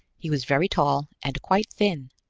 he was very tall and quite thin,